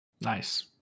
Nice